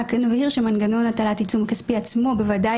רק נבהיר שמנגנון הטלת עיצום כספי עצמו בוודאי